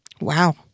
Wow